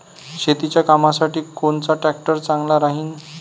शेतीच्या कामासाठी कोनचा ट्रॅक्टर चांगला राहीन?